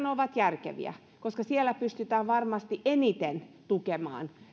ovat järkeviä koska siellä pystytään varmasti eniten tukemaan